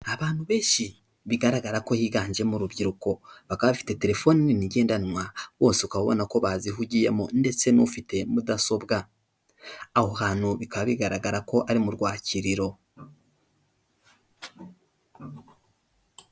Abantu benshi bigaragara ko higanjemo urubyiruko, bakaba bafite telefoni nini ngendanwa, bose ukaba ubona ko bazihugiyemo ndetse n'ufite mudasobwa. Aho hantu bikaba bigaragara ko ari mu rwakiriro.